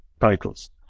titles